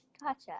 Gotcha